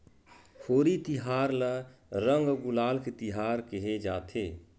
होरी तिहार ल रंग अउ गुलाल के तिहार केहे जाथे